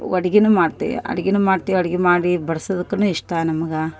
ಅಡಿಗಿನು ಮಾಡ್ತೀವಿ ಅಡಿಗಿನು ಮಾಡ್ತೀವಿ ಅಡಿಗಿ ಮಾಡಿ ಬಡಿಸೋದುಕುನು ಇಷ್ಟ ನಮಗ